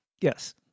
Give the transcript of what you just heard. yes